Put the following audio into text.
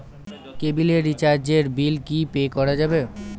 কেবিলের রিচার্জের বিল কি পে করা যাবে?